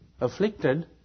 afflicted